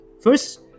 First